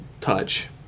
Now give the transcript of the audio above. touch